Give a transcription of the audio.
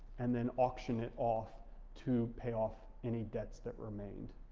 and then auction it off to pay off any debts that remained.